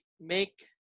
make